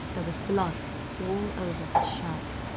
there was blood all over his shirt.